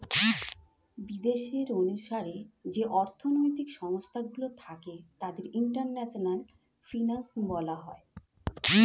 বিদেশের অনুসারে যে অর্থনৈতিক সংস্থা গুলো থাকে তাদের ইন্টারন্যাশনাল ফিনান্স বলা হয়